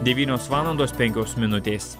devynios valandos penkios minutės